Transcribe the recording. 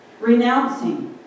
Renouncing